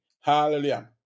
hallelujah